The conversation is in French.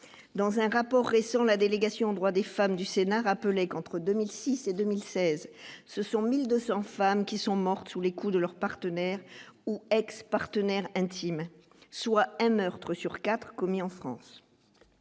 dans un rapport récent, la délégation droits des femmes du Sénat rappeler qu'entre 2006 et 2016, ce sont 1200 femmes qui sont mortes sous les coups de leur partenaire ou ex-partenaire intime soit un meurtre sur 4 commis en France,